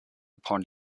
upon